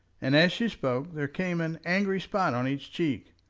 and as she spoke there came an angry spot on each cheek.